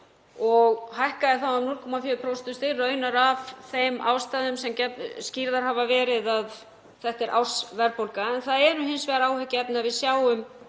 og hækkaði þá um 0,4 prósentustig, raunar af þeim ástæðum sem skýrðar hafa verið, að þetta er ársverðbólga. Það er hins vegar áhyggjuefni að við sjáum